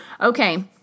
okay